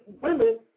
women